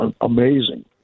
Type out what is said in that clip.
amazing